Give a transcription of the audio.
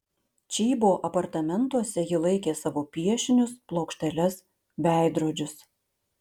čybo apartamentuose ji laikė savo piešinius plokšteles veidrodžius